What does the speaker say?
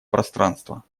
пространства